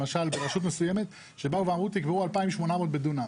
למשל ברשות מסוימת שבאו ואמרו תקבעו 2,800 בדונם.